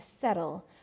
settle